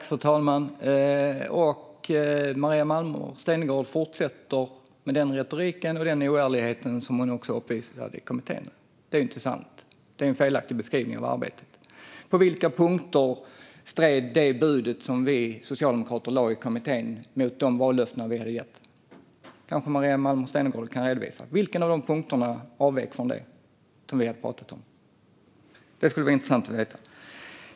Fru talman! Maria Malmer Stenergard fortsätter med den retorik och den oärlighet som hon uppvisade i kommittén. Detta är ju inte sant; det är en felaktig beskrivning av arbetet. På vilka punkter stred det bud som vi socialdemokrater lade fram i kommittén mot de vallöften vi hade gett? Det kanske Maria Malmer Stenergard kan redovisa. Vilken av punkterna avvek från det som vi hade pratat om? Det skulle vara intressant att få veta.